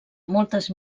moltes